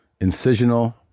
Incisional